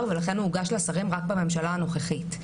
ולכן הוא הוגש לשרים רק בממשלה הנוכחית.